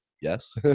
yes